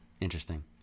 interesting